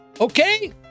Okay